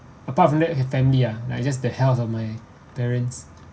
apart from that family ah like just the health of my parents